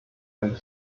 and